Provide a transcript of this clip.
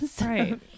right